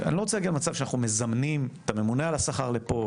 אני לא רוצה להגיע למצב שאנחנו מזמנים את הממונה על השכר לפה,